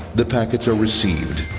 the packets are received,